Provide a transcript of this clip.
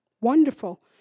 wonderful